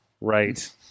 right